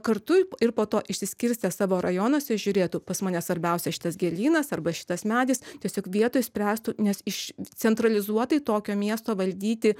kartu ir po to išsiskirstę savo rajonuose žiūrėtų pas mane svarbiausia šitas gėlynas arba šitas medis tiesiog vietoj spręstų nes iš centralizuotai tokio miesto valdyti